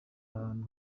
ahantu